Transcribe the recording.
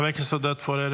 חבר הכנסת עודד פורר,